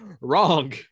Wrong